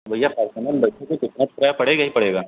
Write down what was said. भैया फारचूनर में बैठोगे तो इतना किराया पड़ेगा ही पड़ेगा